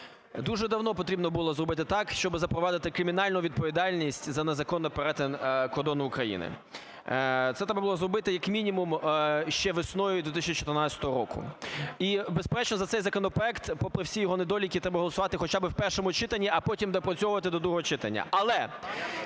Дуже давно потрібно було зробити так, щоби запровадити кримінальну відповідальність за незаконний перетин кордону України, це треба було зробити як мінімум ще весною 2014 року. І безперечно, за цей законопроект попри всі його недоліки треба голосувати хоча би в першому читанні, а потім доопрацьовувати до другого читання.